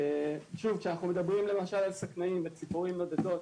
כשאנחנו מדברים למשל על שקנאים וציפורים נודדות,